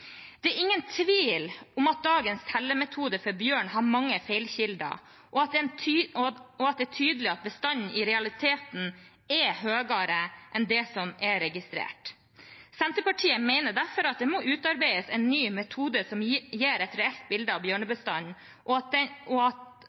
Det er ingen tvil om at dagens tellemetode for bjørn har mange feilkilder, og det er tydelig at bestanden i realiteten er høyere enn det som er registrert. Senterpartiet mener derfor at det må utarbeides en ny metode som gir et reelt bilde av bjørnebestanden, og er av den oppfatning at